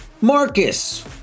Marcus